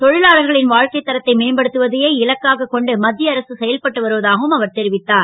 தொ லாளர்களின் வா க்கைத் தரத்தை மேம்படுத்துவதையே இலக்காக கொண்டு மத் ய அரசு செயல்பட்டு வருவதாகவும் அவர் தெரிவித்தார்